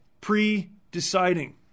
pre-deciding